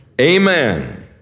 Amen